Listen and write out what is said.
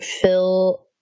fill